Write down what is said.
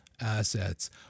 assets